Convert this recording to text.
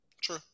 True